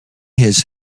his